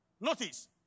Notice